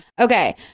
Okay